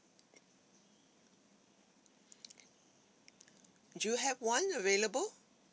do you have one available